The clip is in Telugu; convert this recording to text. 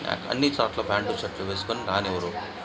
అన్నీ చోట్ల ఫ్యాంటు షర్ట్లు వేసుకొని రానివ్వరు